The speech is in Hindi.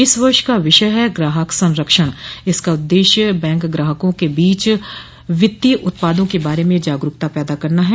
इस वर्ष का विषय है ग्राहक संरक्षण इसका उद्देश्य बैंक ग्राहकों के बीच वित्तीय उत्पादों के बारे में जागरूकता पैदा करना है